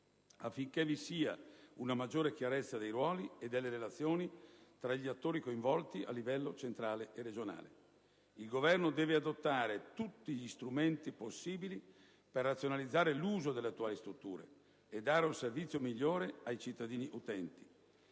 affinché vi sia una maggiore chiarezza dei ruoli e delle relazioni tra gli attori coinvolti a livello centrale e regionale. Il Governo deve adottare tutti gli strumenti possibili per razionalizzare l'uso delle attuali strutture e dare un servizio migliore ai cittadini utenti;